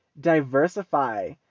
diversify